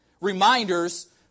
Reminders